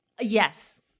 Yes